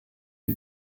die